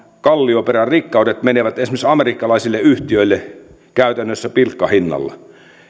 kallioperän rikkaudet menevät esimerkiksi amerikkalaisille yhtiöille käytännössä pilkkahinnalla